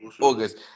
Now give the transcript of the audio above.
August